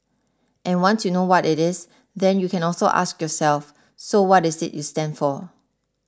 and once you know what it is then you can also ask yourself so what is it you stand for